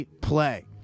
play